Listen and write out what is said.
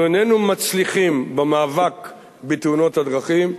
איננו מצליחים במאבק בתאונות הדרכים,